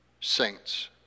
saints